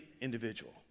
individual